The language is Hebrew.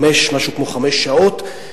משהו כמו חמש שעות,